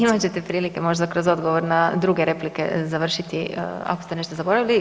Imat ćete prilike možda kroz odgovor na druge replike završiti ako ste nešto zaboravili.